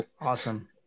awesome